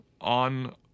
on